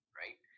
right